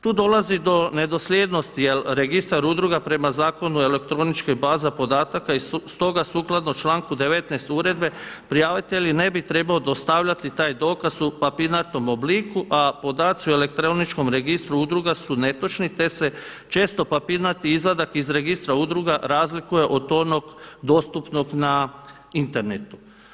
Tu dolazi do nedosljednosti jer registar udruga prema Zakonu o elektroničkoj bazi podataka i stoga sukladno članku 19. udruge prijavitelj ne bi trebao dostavljati taj dokaz u papirnatom obliku a podaci o elektroničkom registru udruga su netočni te se često papirnati izvadak iz registra udruga razliku od onog dostupnog na internetu.